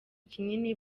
kinini